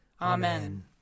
Amen